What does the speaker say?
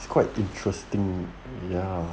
is quite interesting ya